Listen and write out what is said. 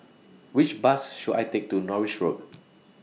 Which Bus should I Take to Norris Road